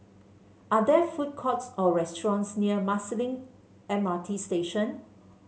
are there food courts or restaurants near Marsiling M R T Station